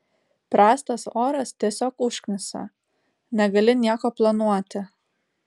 prastas oras tiesiog užknisa negali nieko planuoti